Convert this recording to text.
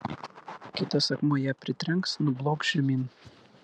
kitas akmuo ją pritrenks nublokš žemyn